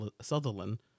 Sutherland